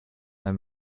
ein